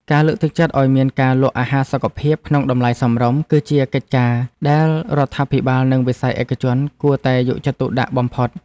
ការលើកទឹកចិត្តឲ្យមានការលក់អាហារសុខភាពក្នុងតម្លៃសមរម្យ គឺជាកិច្ចការដែលរដ្ឋាភិបាលនិងវិស័យឯកជនគួរតែយកចិត្តទុកដាក់បំផុត។